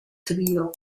trio